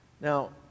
Now